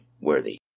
worthy